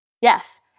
Yes